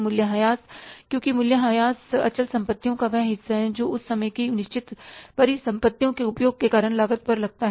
मूल्यह्रास क्योंकि मूल्यह्रास अचल संपत्तियों का वह हिस्सा है जो उस समय की निश्चित परिसंपत्तियों के उपयोग के कारण लागत पर लगता है